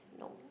no